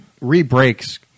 re-breaks